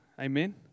Amen